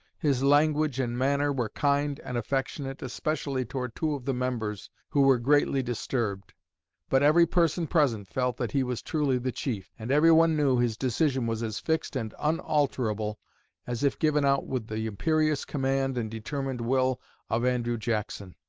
his language and manner were kind and affectionate, especially toward two of the members, who were greatly disturbed but every person present felt that he was truly the chief, and every one knew his decision was as fixed and unalterable as if given out with the imperious command and determined will of andrew jackson.